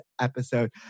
episode